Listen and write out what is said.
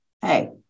Hey